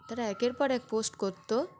তারা একের পর এক পোস্ট করত